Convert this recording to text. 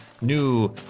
new